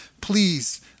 please